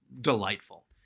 delightful